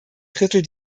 drittel